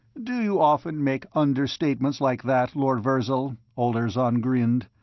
do you often make understatements like that, lord virzal? olirzon grinned.